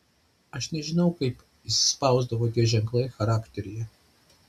aš nežinau kaip įsispausdavo tie ženklai charakteryje